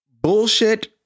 bullshit